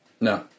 No